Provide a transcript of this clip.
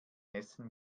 essen